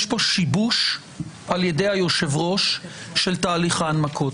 יש פה שיבוש על ידי היושב-ראש של תהליך ההנמקות.